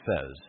says